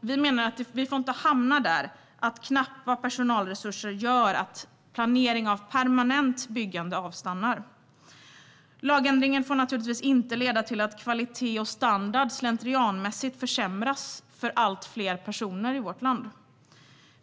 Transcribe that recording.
Vi menar att vi inte får hamna i situationen att knappa personalresurser gör att planering av permanent byggande avstannar. Lagändringen får naturligtvis inte leda till att kvalitet och standard slentrianmässigt försämras för allt fler personer i vårt land.